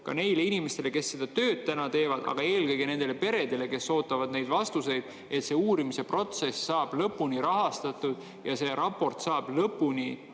ka neile inimestele, kes seda tööd täna teevad, aga eelkõige nendele peredele, kes ootavad neid vastuseid, et see uurimise protsess saab lõpuni rahastatud ja see raport saab lõpuni